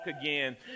again